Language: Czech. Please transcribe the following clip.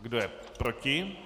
Kdo je proti?